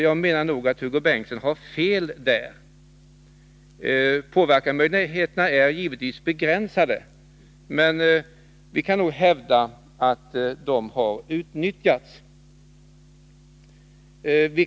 Jag menar att Hugo Bengtsson nog har fel på den punkten. Påverkansmöjligheterna är givetvis begränsade, men vi vill hävda att de har utnyttjats.